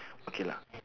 okay lah